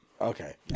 Okay